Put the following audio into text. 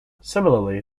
similarly